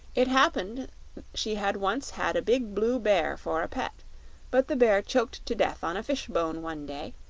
it happened she had once had a big blue bear for a pet but the bear choked to death on a fishbone one day,